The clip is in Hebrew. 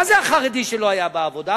מה זה החרדי שלא היה בעבודה?